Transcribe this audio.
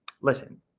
listen